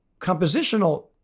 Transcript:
compositional